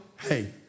hey